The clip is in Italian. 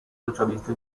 socialista